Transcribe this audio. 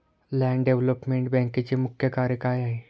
Land development बँकेचे मुख्य कार्य काय आहे?